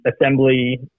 assembly